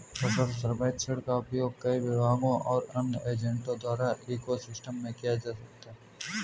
फसल सर्वेक्षण का उपयोग कई विभागों और अन्य एजेंटों द्वारा इको सिस्टम में किया जा सकता है